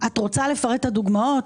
את רוצה לפרט את הדוגמאות,